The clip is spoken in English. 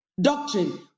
Doctrine